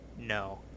No